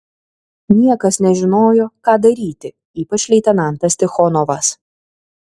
niekas nežinojo ką daryti ypač leitenantas tichonovas